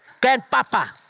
Grandpapa